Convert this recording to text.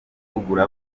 guhugura